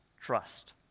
trust